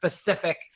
specific